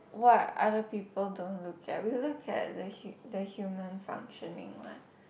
what other people don't look at we look at the hu~ the human functioning what